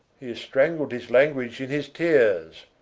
he ha's strangled his language in his teares.